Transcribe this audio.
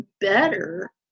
better